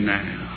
now